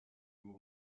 nur